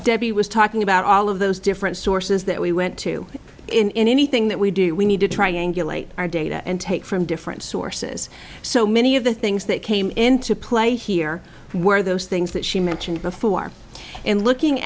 debbie was talking about all of those different sources that we went to in anything that we do we need to triangulate our data and take from different sources so many of the things that came into play here where those things that she mentioned before and looking